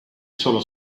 solo